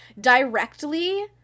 directly